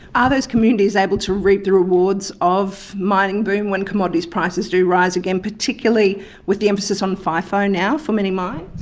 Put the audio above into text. ah those communities able to reap the rewards of the mining boom when commodity prices do rise again, particularly with the emphasis on fifo now for many mines?